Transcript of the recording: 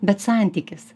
bet santykis